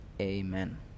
Amen